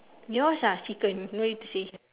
yours ah chicken no need to say